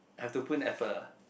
have to put in effort lah